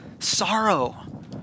Sorrow